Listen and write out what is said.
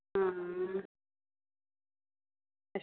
हां